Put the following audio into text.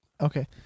Okay